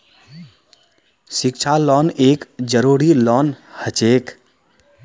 शिक्षा लोन एक जरूरी लोन हछेक